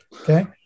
okay